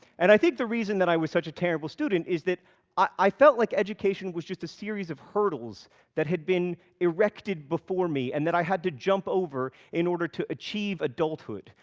and i think the reason that i was such a terrible student is that i felt like education was just a series of hurdles that had been erected before me, and i had to jump over in order to achieve adulthood.